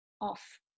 off